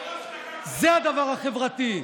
זה הדבר החברתי.